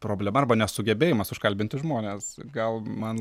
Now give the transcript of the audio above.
problema arba nesugebėjimas užkalbinti žmones gal man